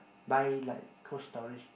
buy like Cold Storage